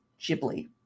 Ghibli